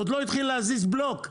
עוד לא התחיל להזיז בלוק,